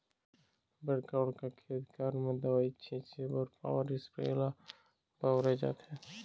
बड़का बड़का खेत खार म दवई छिंचे बर पॉवर इस्पेयर ल बउरे जाथे